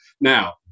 Now